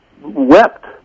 wept